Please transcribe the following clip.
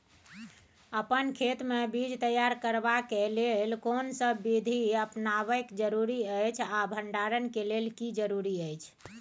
अपन खेत मे बीज तैयार करबाक के लेल कोनसब बीधी अपनाबैक जरूरी अछि आ भंडारण के लेल की जरूरी अछि?